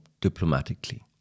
diplomatically